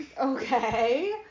Okay